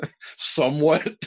somewhat